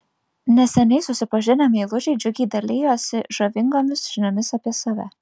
neseniai susipažinę meilužiai džiugiai dalijosi žavingomis žiniomis apie save